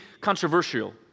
controversial